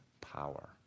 power